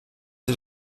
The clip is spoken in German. sie